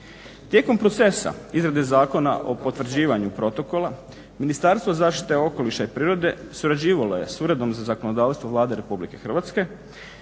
Tijekom procesa izrade Zakona o potvrđivanju Protokola Ministarstvo zaštite okoliša i prirode surađivalo je s Uredbom za zakonodavstvo Vlade Republike Hrvatske,